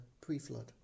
pre-flood